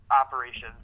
operations